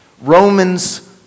Romans